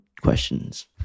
questions